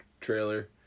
trailer